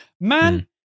Man